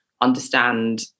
understand